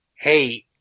hey